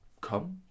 come